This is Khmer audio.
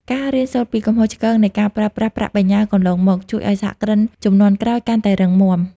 ការរៀនសូត្រពីកំហុសឆ្គងនៃការប្រើប្រាស់ប្រាក់បញ្ញើកន្លងមក ជួយឱ្យសហគ្រិនជំនាន់ក្រោយកាន់តែរឹងមាំ។